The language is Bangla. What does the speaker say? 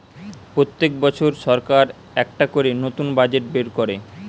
পোত্তেক বছর সরকার একটা করে নতুন বাজেট বের কোরে